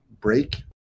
break